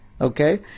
Okay